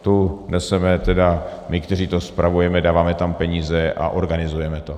Tu neseme tedy my, kteří to spravujeme, dáváme tam peníze a organizujeme to.